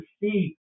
see